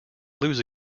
lose